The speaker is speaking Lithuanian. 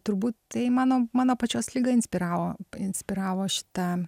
turbūt tai mano mano pačios liga inspiravo inspiravo šitą